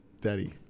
daddy